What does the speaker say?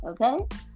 okay